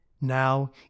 Now